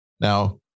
Now